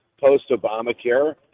Post-Obamacare